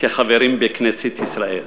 כחברים בכנסת ישראל.